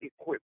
equip